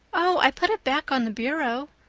oh, i put it back on the bureau.